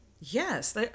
Yes